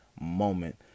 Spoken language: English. moment